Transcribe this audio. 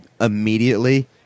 immediately